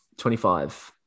25